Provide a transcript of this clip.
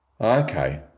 Okay